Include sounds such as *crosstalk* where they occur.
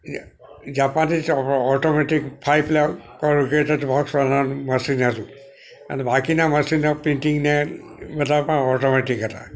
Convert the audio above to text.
એ જાપાનથી જ automatic five plug *unintelligible* machine હતું અને બાકીના મશીનના પેંટિંગને બધા પણ ઓટોમેટિક હતા